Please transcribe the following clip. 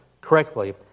correctly